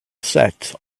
set